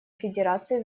федерации